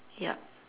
yup